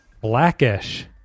Blackish